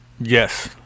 Yes